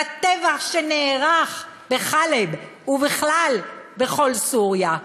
בטבח שנערך בחאלב ובכלל בכל סוריה.